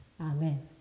Amen